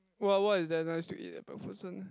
what what is there nice to eat at MacPherson